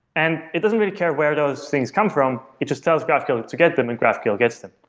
and it doesn't really care where those things come from. it just tells graphql to get them and graphql gets them.